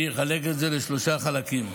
אני אחלק את זה לשלושה חלקים.